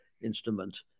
instrument